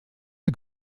der